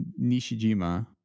nishijima